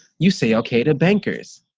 you say okay to bankers,